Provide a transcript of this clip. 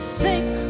sick